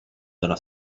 della